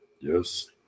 Yes